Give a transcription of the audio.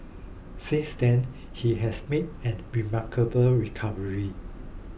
since then he has made a remarkable recovery